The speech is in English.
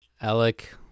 Alec